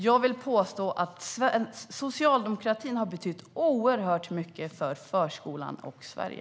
Jag vill påstå att socialdemokratin har betytt oerhört mycket för förskolan och Sverige.